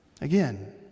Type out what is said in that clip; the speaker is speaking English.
Again